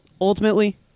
ultimately